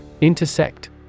Intersect